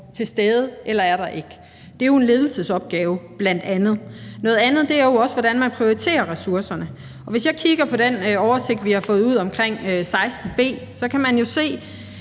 til stede, eller der ikke er. Det er jo bl.a. en ledelsesopgave. Noget andet er jo også, hvordan man prioriterer ressourcerne. Hvis jeg kigger på den oversigt, vi har fået ud omkring 16 b, så kan man jo se,